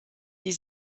die